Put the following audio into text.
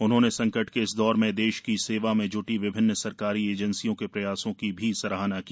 उन्होंने संकट के इस दौर में देश की सेवा में ज्टी विभिन्न सरकारी एजेंसियों के प्रयासों की सराहना की